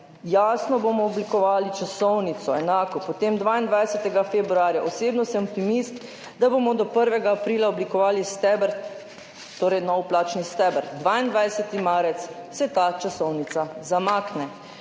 »Jasno bomo oblikovali časovnico,« enako. Potem 22. februarja: »Osebno sem optimist, da bomo do 1. aprila oblikovali steber, torej nov plačni steber.« 22. marca se ta časovnica zamakne.